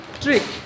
Trick